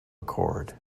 mccord